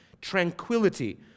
tranquility